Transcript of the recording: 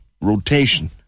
rotation